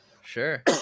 Sure